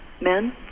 Men